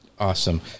Awesome